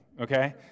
okay